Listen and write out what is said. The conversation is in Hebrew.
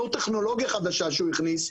לאור טכנולוגיה חדשה שהוא הכניס,